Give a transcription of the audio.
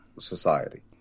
society